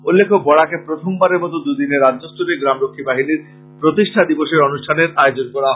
উল্লেখ্য বরাকে প্রথম বারের মতো দু দিনের রাজ্যস্তরের গ্রাম রক্ষী বাহিনীর প্রতিষ্ঠা দিবসের অনুষ্ঠানের আয়োজন করা হয়